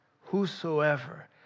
whosoever